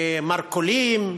במרכולים,